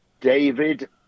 David